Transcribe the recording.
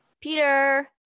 Peter